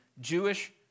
Jewish